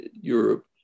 Europe